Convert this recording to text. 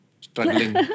struggling